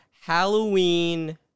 Halloween